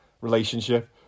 relationship